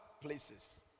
places